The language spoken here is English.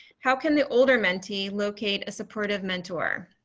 how can an older mentee locate a supportive mentor?